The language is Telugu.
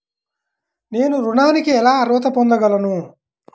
నేను ఋణానికి ఎలా అర్హత పొందగలను?